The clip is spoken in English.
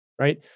right